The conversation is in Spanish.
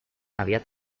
había